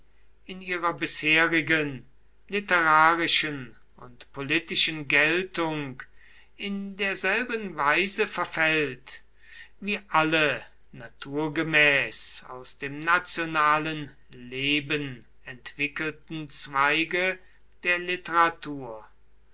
in ihrer bisherigen literarischen und politischen geltung in derselben weise verfällt wie alle naturgemäß aus dem nationalen leben entwickelten zweige der literatur